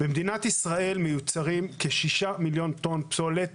במדינת ישראל מיוצרים כשישה מיליון טון פסולת